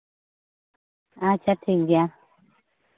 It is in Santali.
ᱟᱪᱪᱷᱟ ᱴᱷᱤᱠ ᱜᱮᱭᱟ